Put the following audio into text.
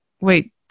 wait